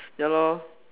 ya lor